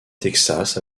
texas